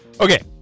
Okay